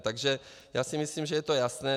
Takže já si myslím, že je to jasné.